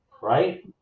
right